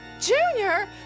Junior